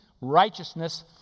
righteousness